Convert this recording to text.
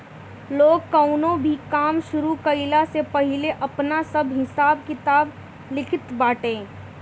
लोग कवनो भी काम शुरू कईला से पहिले आपन सब हिसाब किताब लिखत बाटे